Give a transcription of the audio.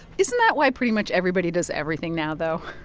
isn't that why pretty much everybody does everything now, though?